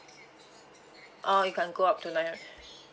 oh it can go up to nine